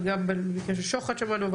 וגם את ליאת שוחט שמענו,